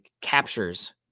captures